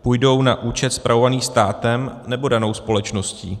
Půjdou na účet spravovaný státem, nebo danou společností?